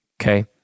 Okay